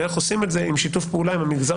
ואיך עושים את זה עם שיתוף פעולה עם המגזר